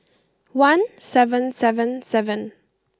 one seven seven seven